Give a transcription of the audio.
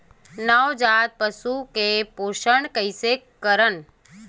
नवजात पशु मन के पोषण कइसे करन?